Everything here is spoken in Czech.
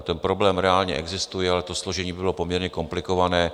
Ten problém reálně existuje, ale složení bylo poměrně komplikované.